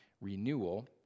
renewal